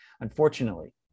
Unfortunately